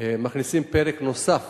מכניסים פרק נוסף